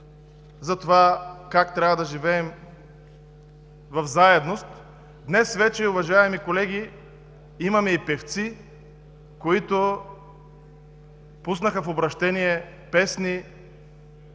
как трябва да живеем в заедност, днес вече, уважаеми колеги, имаме и певци, които пуснаха в обръщение песни